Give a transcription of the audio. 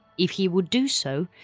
if he would do so,